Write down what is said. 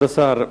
כבוד השר,